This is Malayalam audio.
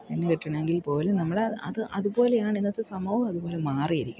പെണ്ണ് കെട്ടണമെങ്കിൽ പോലും നമ്മൾ അത് അതുപോലെയാണിന്നത്തെ സമൂഹം അതുപോലെ മാറിയിരിക്കുന്നത്